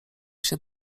się